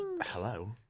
Hello